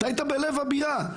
אתה היית בלב הבירה.